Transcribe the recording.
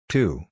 Two